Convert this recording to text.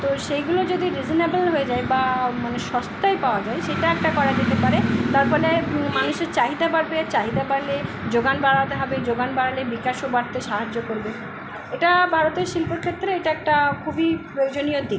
তো সেইগুলো যদি রিসেনেবেল হয়ে যায় বা মানে সস্তায় পাওয়া যায় সেটা একটা করা যেতে পারে তার ফলে মানুষের চাহিদা বাড়বে চাহিদা বাড়লে যোগান বাড়াতে হবে যোগান বাড়ালে বিকাশও বাড়তে সাহায্য করবে এটা ভারতের শিল্পর ক্ষেত্রে এটা একটা খুবই প্রয়োজনীয় দিক